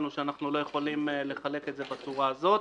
שאנחנו לא יכולים לחלק את זה בצורה הזאת,